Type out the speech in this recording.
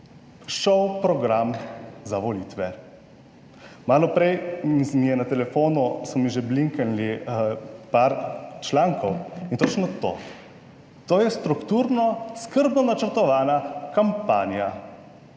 šov program za volitve. Malo prej mi je na telefonu, so mi že blinknili par člankov. In točno to, to je strukturno skrbno načrtovana kampanja.